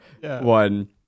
one